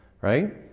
right